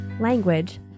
language